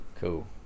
Cool